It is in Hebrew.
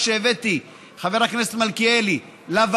חוק לצמצם את מספר חברי הכנסת מ-120 לאחד.